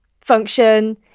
function